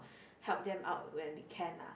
help them out when we can lah